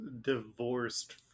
divorced